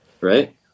right